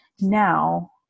now